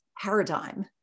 paradigm